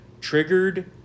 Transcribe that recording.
Triggered